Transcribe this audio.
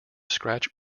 scratch